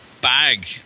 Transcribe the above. Bag